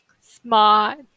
smart